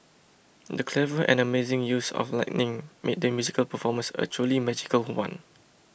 the clever and amazing use of lighting made the musical performance a truly magical one